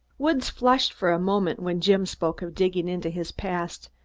woods flushed for a moment when jim spoke of digging into his past,